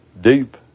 deep